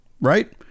right